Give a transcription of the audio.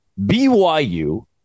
BYU